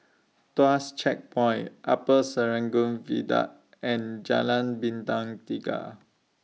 Tuas Checkpoint Upper Serangoon Viaduct and Jalan Bintang Tiga